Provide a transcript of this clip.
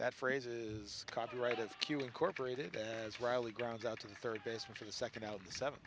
that phrases copyright as q incorporated as riley grounds out to the third baseman for the second out of the seven